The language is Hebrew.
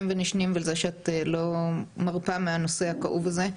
ונשנים ועל זה שאת לא מרפה מהנושא הכאוב הזה.